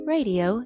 Radio